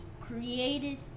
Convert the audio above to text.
created